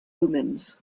omens